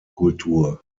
kultur